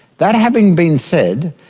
that having been said,